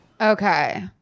Okay